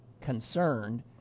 concerned